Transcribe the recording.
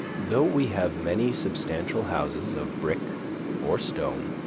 though we have many substantial houses of brick or stone,